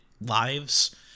lives